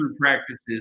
practices